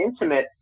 intimate